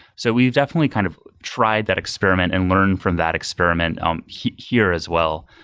so we've definitely kind of tried that experiment and learn from that experiment um here here as well.